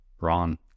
Ron